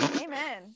amen